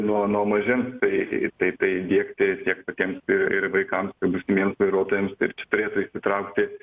nuo nuo mažens taip taip įdiegti tiek patiems ir vaikams būsimiems vairuotojams ir turėtų įsitraukti